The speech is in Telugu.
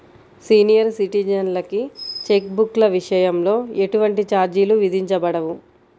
సీనియర్ సిటిజన్లకి చెక్ బుక్ల విషయంలో ఎటువంటి ఛార్జీలు విధించబడవు